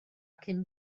cyn